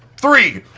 three.